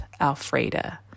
Alfreda